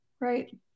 Right